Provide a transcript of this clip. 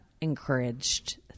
encouraged